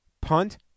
Punt